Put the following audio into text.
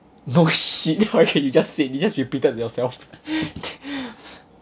bullshit okay you just said you just repeated yourself